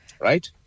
right